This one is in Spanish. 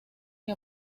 que